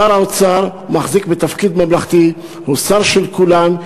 שר האוצר מחזיק בתפקיד ממלכתי, הוא שר של כולם.